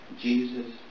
Jesus